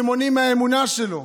שמונעים את האמונה שלו?